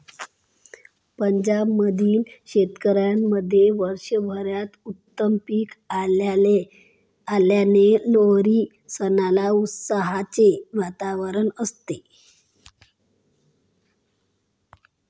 पंजाब मधील शेतकऱ्यांमध्ये वर्षभरात उत्तम पीक आल्याने लोहरी सणाला उत्साहाचे वातावरण असते